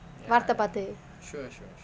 வார்த்தை பார்த்து:vaarthai paarthu